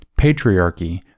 patriarchy